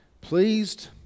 pleased